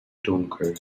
dunkel